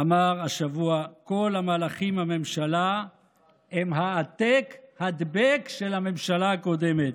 אמר השבוע: כל המהלכים בממשלה הם העתק-הדבק של הממשלה הקודמת.